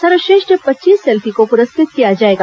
सर्वश्रेष्ठ पच्चीस सेल्फी को पुरस्कृत किया जाएगा